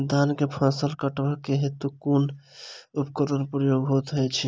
धान केँ फसल कटवा केँ हेतु कुन उपकरणक प्रयोग होइत अछि?